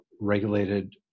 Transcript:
regulated